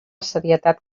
serietat